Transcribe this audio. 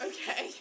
Okay